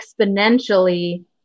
exponentially